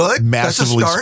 massively